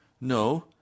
no